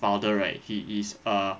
father right he is a